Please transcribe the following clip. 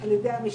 על ידי המשטרה.